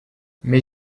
mais